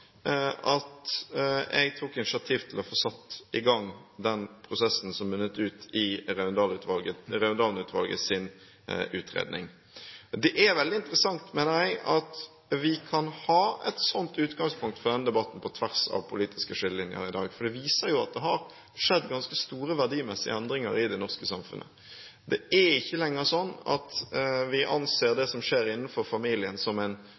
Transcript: at jeg tok initiativ til å få satt i gang den prosessen som munnet ut i Raundalen-utvalgets utredning. Det er veldig interessant, mener jeg, at vi kan ha et sånt utgangspunkt for denne debatten på tvers av politiske skillelinjer i dag. Det viser at det har skjedd ganske store verdimessige endringer i det norske samfunnet. Det er ikke lenger sånn at vi anser det som skjer innenfor familiens privatsfære, som